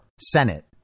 Senate